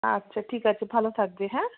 আচ্ছা ঠিক আছে ভালো থাকবে হ্যাঁ